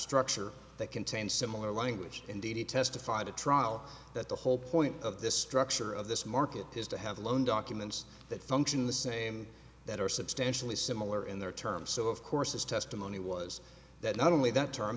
structure that contains similar language indeed he testified at trial that the whole point of this structure of this market is to have loan documents that function in the same that are substantially similar in their terms so of course his testimony was that not only that term